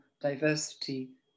diversity